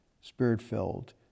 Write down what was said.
Spirit-filled